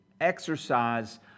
exercise